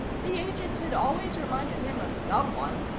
the agent had always reminded him of someone,